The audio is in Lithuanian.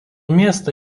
miestą